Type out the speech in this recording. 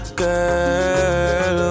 girl